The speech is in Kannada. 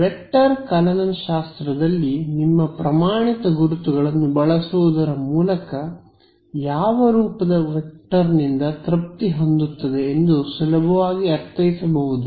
ವೆಕ್ಟರ್ ಕಲನಶಾಸ್ತ್ರದಲ್ಲಿ ನಿಮ್ಮ ಪ್ರಮಾಣಿತ ಗುರುತುಗಳನ್ನು ಬಳಸುವುದರ ಮೂಲಕ ಯಾವ ರೂಪದ ವೆಕ್ಟರ್ನಿಂದ ತೃಪ್ತಿ ಹೊಂದುತ್ತದೆ ಎಂದು ಸುಲಭವಾಗಿ ಅರ್ಥೈಸಬಹುದು